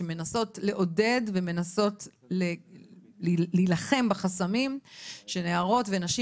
שמנסות לעודד ומנסות להילחם בחסמים שנערות ונשים